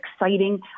exciting